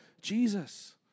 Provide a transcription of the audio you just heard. Jesus